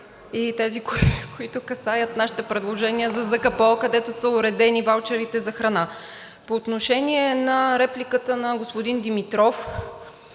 и тези, които касаят нашите предложения за ЗКПО, където са уредени ваучерите за храна. По отношение на репликата на господин Димитров.